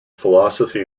philosophy